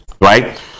right